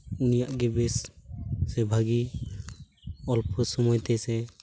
ᱩᱱᱤᱭᱟᱜ ᱜᱮ ᱵᱮᱥ ᱥᱮ ᱵᱷᱟᱹᱜᱤ ᱚᱞᱯᱚ ᱥᱚᱢᱚᱭ ᱛᱮ ᱥᱮ